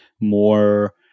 more